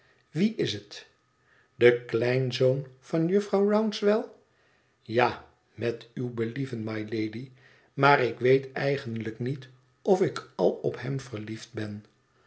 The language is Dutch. wie is het de kleinzoon van jufvrouw rouncewell ja met uw believen mylady maar ik weet eigenlijk niet of ik al op hem verliefd bon